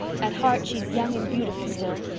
at heart she's young and beautiful still.